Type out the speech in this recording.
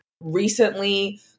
Recently